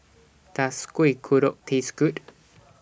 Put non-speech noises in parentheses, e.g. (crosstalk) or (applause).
Does Kuih Kodok Taste Good (noise)